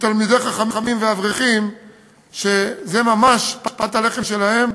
בתלמידי חכמים ואברכים שזה ממש פת הלחם שלהם.